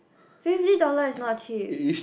fifty dollar is not cheap